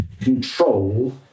control